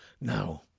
now